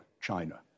China